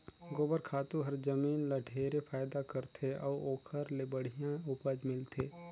गोबर खातू हर जमीन ल ढेरे फायदा करथे अउ ओखर ले बड़िहा उपज मिलथे